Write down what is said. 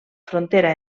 frontera